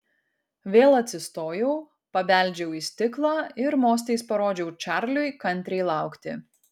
vėl atsistojau pabeldžiau į stiklą ir mostais parodžiau čarliui kantriai laukti